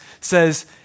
says